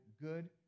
good